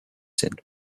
sind